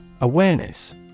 Awareness